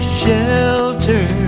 shelter